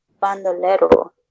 bandolero